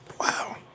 Wow